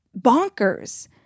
bonkers